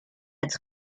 its